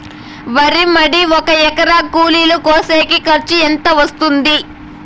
వరి మడి ఒక ఎకరా కూలీలు కోసేకి ఖర్చు ఎంత వస్తుంది?